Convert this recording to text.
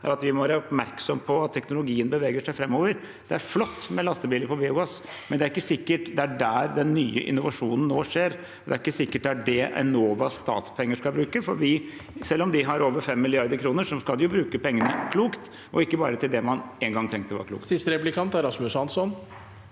er at vi må være oppmerksom på at teknologien beveger seg framover. Det er flott med lastebiler på biogass, men det er ikke sikkert det er der den nye innovasjonen nå skjer. Det er ikke sikkert det er det Enovas statspenger skal brukes til, for selv om de har over 5 mrd. kr, skal de bruke pengene klokt og ikke bare til det man en gang tenkte var klokt. Rasmus Hansson